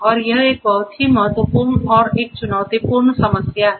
और यह एक बहुत ही महत्वपूर्ण और एक चुनौतीपूर्ण समस्या है